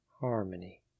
harmony